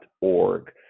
org